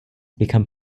become